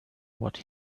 what